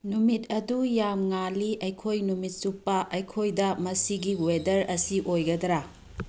ꯅꯨꯃꯤꯠ ꯑꯗꯨ ꯌꯥꯝ ꯉꯥꯜꯂꯤ ꯑꯩꯈꯣꯏ ꯅꯨꯃꯤꯠ ꯆꯨꯞꯄ ꯑꯩꯈꯣꯏꯗ ꯃꯁꯤꯒꯤ ꯋꯦꯗꯔ ꯑꯁꯤ ꯑꯣꯏꯒꯗ꯭ꯔꯥ